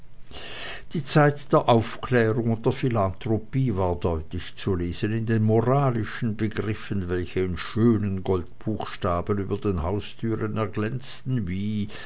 die zeit der aufklärung und der philanthropie war deutlich zu lesen in den moralischen begriffen welche in schönen goldbuchstaben über den haustüren erglänzten wie